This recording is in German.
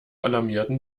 alarmierten